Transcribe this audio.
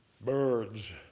birds